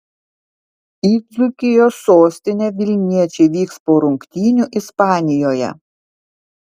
į dzūkijos sostinę vilniečiai vyks po rungtynių ispanijoje